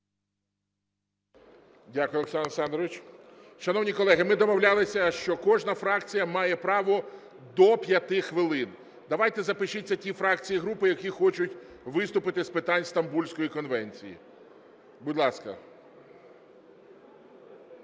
Дякую, Олександр Олександрович. Шановні колеги, ми домовлялися, що кожна фракція має право до 5 хвилин. Давайте, запишіться ті фракції і групи, які хочуть виступити з питань Стамбульської конвенції. Будь ласка.